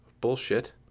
Bullshit